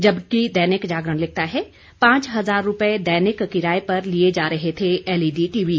जबकि दैनिक जागरण लिखता है पांच हजार रूपए दैनिक किराये पर लिए जा रहे थे एलईडी टीवी